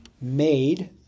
made